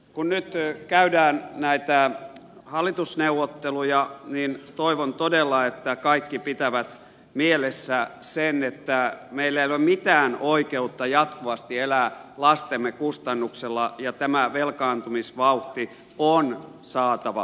kun nyt käydään näitä hallitusneuvotteluja niin toivon todella että kaikki pitävät mielessä sen että meillä ei ole mitään oikeutta jatkuvasti elää lastemme kustannuksella ja tämä velkaantumisvauhti on saatava taittumaan